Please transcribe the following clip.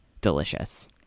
delicious